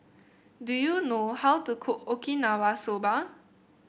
do you know how to cook Okinawa Soba